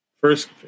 first